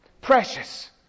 Precious